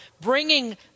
bringing